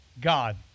God